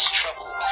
trouble